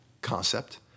concept